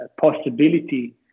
possibility